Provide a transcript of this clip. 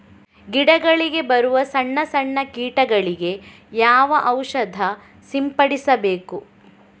ಗಿಡಗಳಿಗೆ ಬರುವ ಸಣ್ಣ ಸಣ್ಣ ಕೀಟಗಳಿಗೆ ಯಾವ ಔಷಧ ಸಿಂಪಡಿಸಬೇಕು?